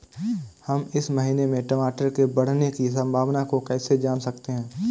हम इस महीने में टमाटर के बढ़ने की संभावना को कैसे जान सकते हैं?